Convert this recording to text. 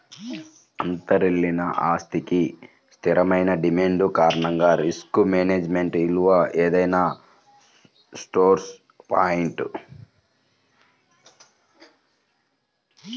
అంతర్లీన ఆస్తికి స్థిరమైన డిమాండ్ కారణంగా రిస్క్ మేనేజ్మెంట్ విలువ ఏదైనా స్టోర్ పాయింట్